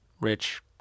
Rich